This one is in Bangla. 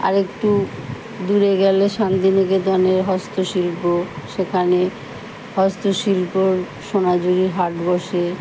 আরেকটু দূরে গেলে শান্তিনিকেতনের হস্তশিল্প সেখানে হস্তশিল্পর সোনাঝুরির হাট বসে